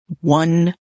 one